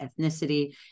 ethnicity